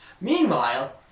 Meanwhile